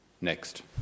Next